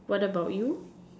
what about you